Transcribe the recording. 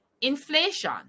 Inflation